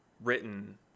written